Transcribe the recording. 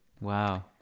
Wow